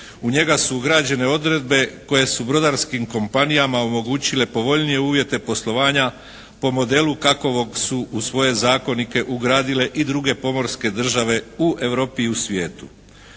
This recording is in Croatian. u njega su ugrađene odredbe koje su brodarskim kompanijama omogućile povoljnije uvjete poslovanja po modelu kakovog su u svoje zakonike ugradile i druge pomorske države u Europi i u svijetu.